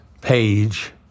page